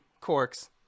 corks